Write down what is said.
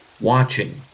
watching